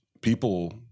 people